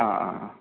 ആ ആ ആ